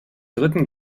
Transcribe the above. dritten